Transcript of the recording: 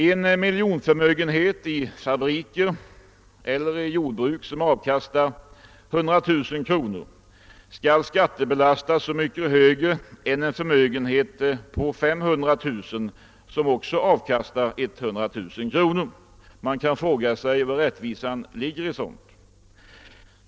En miljonförmögenhet i fabriker eller i jordbruk som avkastar 100 000 kronor skall skattebelastas högre än en förmögenhet på 500 000 kronor som också avkastar 100 000 kronor. Man kan fråga sig var rättvisan ligger häri.